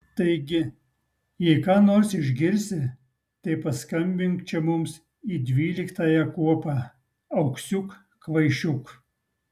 taigi jei ką nors išgirsi tai paskambink čia mums į dvyliktąją kuopą auksiuk kvaišiuk